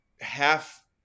half